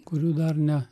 kurių dar ne